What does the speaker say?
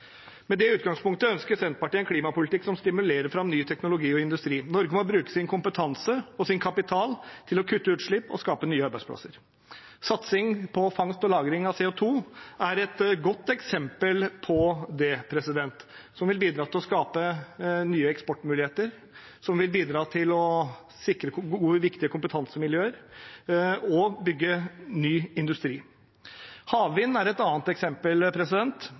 Med det utgangspunktet ønsker Senterpartiet en klimapolitikk som stimulerer ny teknologi og ny industri. Norge må bruke sin kompetanse og sin kapital til å kutte utslipp og skape nye arbeidsplasser. Satsing på fangst og lagring av CO 2 er et godt eksempel på det, som vil bidra til å skape nye eksportmuligheter, sikre viktige kompetansemiljøer og bygge ny industri. Havvind er et annet eksempel